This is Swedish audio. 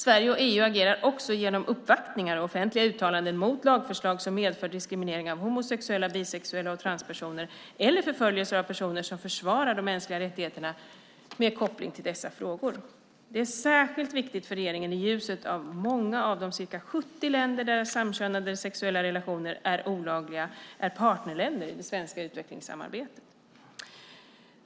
Sverige och EU agerar också genom uppvaktningar och offentliga uttalanden mot lagförslag som medför diskriminering av homosexuella, bisexuella och transpersoner eller förföljelse av personer som försvarar de mänskliga rättigheterna med koppling till dessa frågor. Detta är särskilt viktigt för regeringen i ljuset av att många av de ca 70 länder där samkönade sexuella relationer är olagliga är partnerländer i det svenska utvecklingssamarbetet.